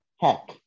Heck